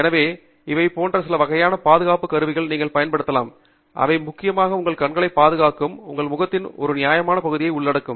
எனவே இவை போன்ற சில வகையான பாதுகாப்பு கருவிகளை நீங்கள் பயன்படுத்தலாம் அவை முக்கியமாக உங்கள் கண்களை பாதுகாக்கும் உங்கள் முகத்தின் ஒரு நியாயமான பகுதியை உள்ளடக்கும்